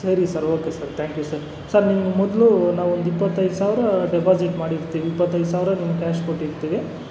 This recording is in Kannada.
ಸರಿ sir okay sir thank you sir sir ನಿಮಗೆ ಮೊದಲು ನಾವೊಂದು ಇಪ್ಪತ್ತೈದು ಸಾವಿರ ಡೆಪಾಸಿಟ್ ಮಾಡಿರ್ತೀವಿ ಇಪ್ಪತ್ತೈದು ಸಾವಿರ ನಿಮಗೆ ಕ್ಯಾಶ್ ಕೊಟ್ಟಿರ್ತೀವಿ